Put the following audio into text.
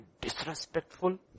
disrespectful